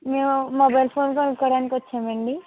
మేము mobile phone కొనుక్కోవటానికి వచ్చామండి